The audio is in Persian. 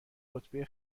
رتبه